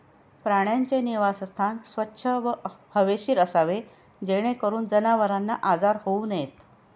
प्राण्यांचे निवासस्थान स्वच्छ व हवेशीर असावे जेणेकरून जनावरांना आजार होऊ नयेत